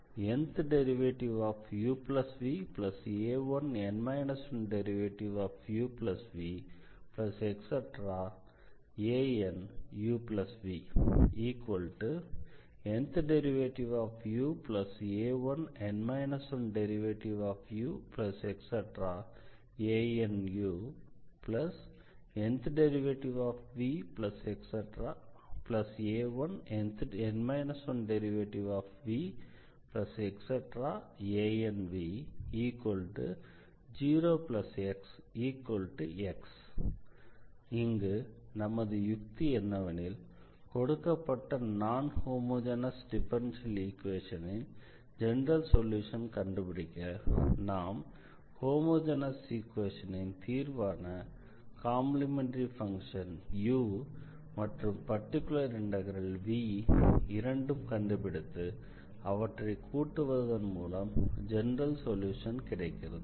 dndxnuva1dn 1dxn 1uvanuv dndxnua1dn 1dxn 1uanudndxnva1dn 1dxn 1vanv 0XX இங்கு நமது யுக்தி என்னவெனில் கொடுக்கப்பட்ட நான் ஹோமொஜெனஸ் டிஃபரன்ஷியல் ஈக்வேஷனின் ஜெனரல் சொல்யூஷனை கண்டுபிடிக்க நாம் ஹோமொஜெனஸ் ஈக்வேஷனின் தீர்வான காம்ப்ளிமெண்டரி ஃபங்ஷன் u மற்றும் பர்டிகுலர் இண்டெக்ரல் v இரண்டையும் கண்டுபிடித்து அவற்றை கூட்டுவதன் மூலம் ஜெனரல் சொல்யூஷன் கிடைக்கிறது